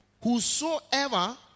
whosoever